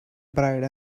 bride